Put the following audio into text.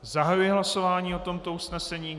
Zahajuji hlasování o tomto usnesení.